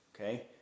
Okay